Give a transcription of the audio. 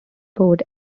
board